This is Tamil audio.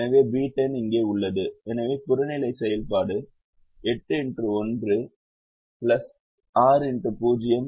எனவே B10 இங்கே உள்ளது எனவே புறநிலை செயல்பாடு 8x1 6x0 4x0 ஆக இருக்கும்